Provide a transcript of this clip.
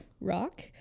rock